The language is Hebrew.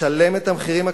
לשלם את המחירים הקשים.